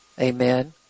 Amen